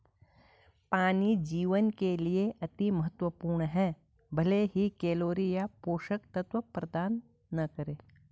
पानी जीवन के लिए अति महत्वपूर्ण है भले ही कैलोरी या पोषक तत्व प्रदान न करे